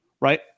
right